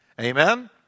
Amen